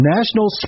National